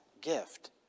gift